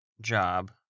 job